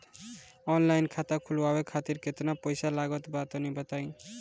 Online खाता खूलवावे खातिर केतना पईसा लागत बा तनि बताईं?